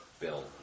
Bill